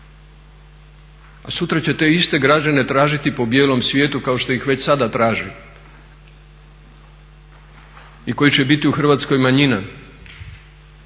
a sutra će te iste građane tražiti po bijelom svijetu kao što ih već sada traži i koji će biti u Hrvatskoj manjina